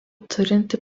turinti